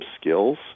skills